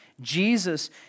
Jesus